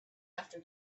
after